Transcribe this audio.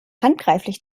handgreiflich